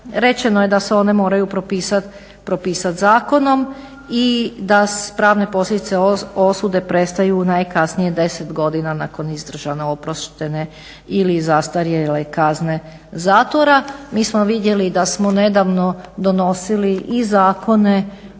rečeno je da se one moraju propisat zakonom i da pravne posljedice osude prestaju najkasnije 10 godina nakon izdržane, oproštene ili zastarjele kazne zatvora. Mi smo vidjeli da smo nedavno donosili i zakone